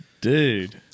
Dude